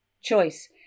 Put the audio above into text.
Choice